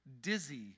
dizzy